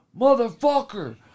motherfucker